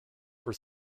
were